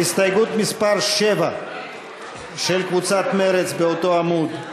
הסתייגות מס' 7 של קבוצת מרצ באותו עמוד,